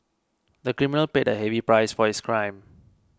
the criminal paid a heavy price for his crime